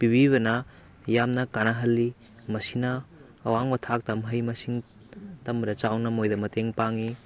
ꯄꯤꯕꯤꯕꯅ ꯌꯥꯝꯅ ꯀꯥꯟꯅꯍꯜꯂꯤ ꯃꯁꯤꯅ ꯑꯋꯥꯡꯕ ꯊꯥꯛꯇ ꯃꯍꯩ ꯃꯁꯤꯡ ꯇꯝꯕꯗ ꯆꯥꯎꯅ ꯃꯣꯏꯗ ꯃꯇꯦꯡ ꯄꯥꯡꯏ